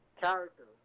character